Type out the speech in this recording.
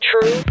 True